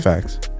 Facts